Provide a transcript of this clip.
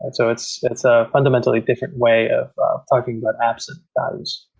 and so it's it's a fundamentally different way of talking about apps and values.